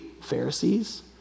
Pharisees